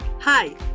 Hi